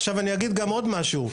עכשיו אני אגיד גם עוד משהו.